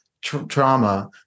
trauma